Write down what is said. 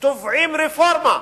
תובעים רפורמה,